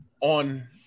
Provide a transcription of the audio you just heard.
on